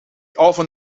often